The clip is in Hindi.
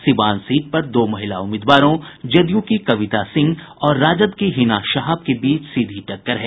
सीवान सीट पर दो महिला उम्मीदवारों जदयू की कविता सिंह और राजद की हिना शहाब के बीच सीधी टक्कर है